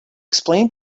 explain